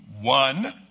one